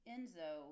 Enzo